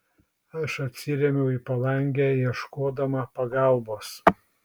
aš atsirėmiau į palangę ieškodama pagalbos